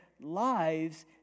lives